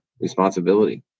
responsibility